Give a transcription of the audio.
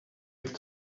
going